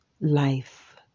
Life